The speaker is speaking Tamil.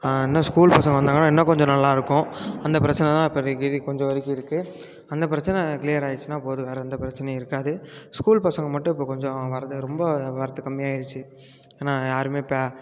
இன்னும் ஸ்கூல் பசங்க வந்தாங்கன்னா இன்னும் கொஞ்சம் நல்லா இருக்கும் அந்த பிரச்சனை தான் இப்பதிக்கு கொஞ்சம் வரைக்கும் இருக்கு அந்த பிரச்சனை கிளீயர் ஆயிடுச்சுன்னா போதும் வேறு எந்த பிரச்சனையும் இருக்காது ஸ்கூல் பசங்க மட்டும் இப்போ கொஞ்சம் வர்றது ரொம்ப வர்றது கம்மியாக ஆயிடுச்சு ஏன்னா யாருமே இப்போ